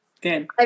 Good